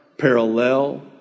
parallel